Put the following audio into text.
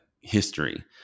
history